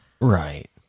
Right